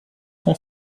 cent